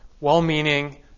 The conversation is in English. well-meaning